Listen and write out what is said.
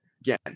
Again